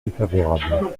défavorable